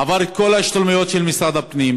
עבר את כל ההשתלמויות של משרד הפנים,